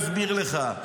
אני אסביר לך.